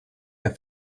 der